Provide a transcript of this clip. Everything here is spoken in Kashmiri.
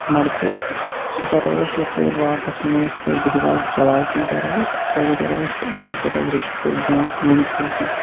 مَنٛڈپوٗر سُہ تَرَو أسۍ یَپٲرۍ واپس یِمو أسۍ یَپٲرۍ بِہی باغ چَراے کِن تَرَو أسۍ اَپٲری تَرَو أسۍ یَپٲرۍ حظ ریٚشپورٕ برونٛٹھ کِنۍ ؤنہ پورٕ کِنۍ